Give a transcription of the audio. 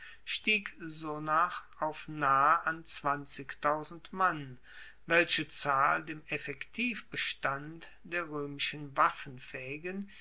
stieg sonach auf nahe an mann welche zahl dem effektivbestand der roemischen waffenfaehigen